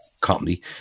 company